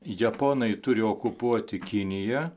japonai turi okupuoti kiniją